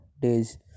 days